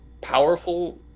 powerful